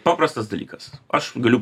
paprastas dalykas aš galiu